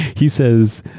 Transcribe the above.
he says,